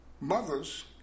mothers